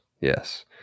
Yes